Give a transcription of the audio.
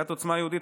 סיעת עוצמה יהודית,